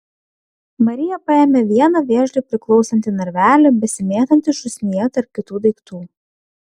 marija paėmė vieną vėžliui priklausantį narvelį besimėtantį šūsnyje tarp kitų daiktų